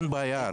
אין בעיה.